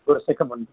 ਗੁਰਸਿੱਖ ਬੰਦਾ